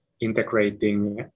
integrating